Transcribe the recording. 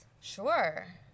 Sure